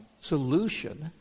solution